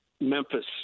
Memphis